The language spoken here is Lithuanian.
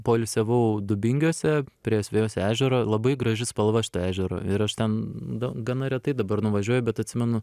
poilsiavau dubingiuose prie asvejos ežero labai graži spalva šito ežero ir aš ten d gana retai dabar nuvažiuoju bet atsimenu